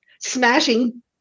smashing